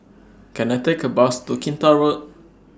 Can I Take A Bus to Kinta Road